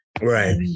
right